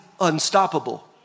unstoppable